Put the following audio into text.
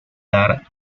dar